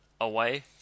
away